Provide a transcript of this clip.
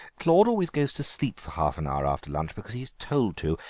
claude always goes to sleep for half an hour after lunch, because he's told to,